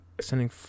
Sending